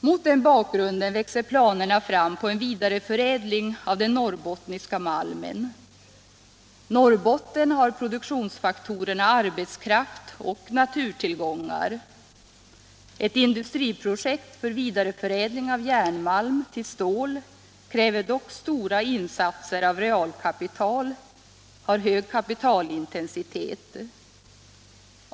Mot den bakgrunden växer planerna fram på en vidareförädling av den norrbottniska malmen. Norrbotten har produktionsfaktorerna arbets kraft och naturtillgångar. Ett industriprojekt för vidareförädling av järn — Nr 137 malm till stål kräver dock stora insatser av realkapital och har hög ka Tisdagen den pitalintensitet.